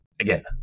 again